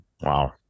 Wow